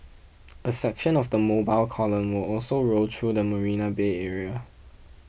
a section of the mobile column will also roll through the Marina Bay area